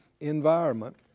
environment